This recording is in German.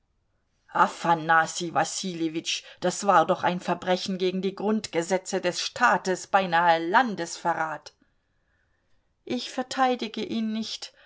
wassiljewitsch das war doch ein verbrechen gegen die grundgesetze des staates beinahe landesverrat ich verteidige ihn nicht